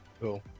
cool